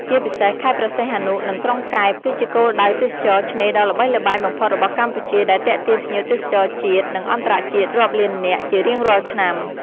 ជាពិសេសខេត្តព្រះសីហនុ និងក្រុងកែប គឺជាគោលដៅទេសចរណ៍ឆ្នេរដ៏ល្បីល្បាញបំផុតរបស់កម្ពុជា ដែលទាក់ទាញភ្ញៀវទេសចរជាតិ និងអន្តរជាតិរាប់លាននាក់ ជារៀងរាល់ឆ្នាំ។